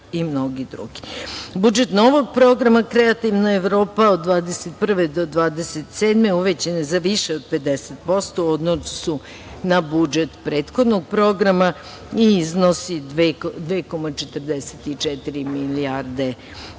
drugi. Budžet novog Programa „Kreativna Evropa od 2021 do 2027“ uvećan je za više od 50% u odnosu na budžet prethodnog programa i iznosi 2,44 milijarde